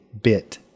bit